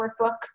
workbook